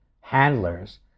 handlers